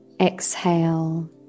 exhale